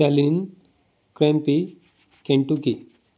Kellyn केम्पी Kentucky